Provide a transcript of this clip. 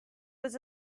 was